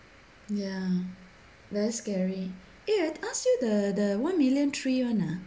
ya very scary eh I ask you the the one million tree one ah